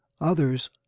others